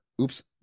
Oops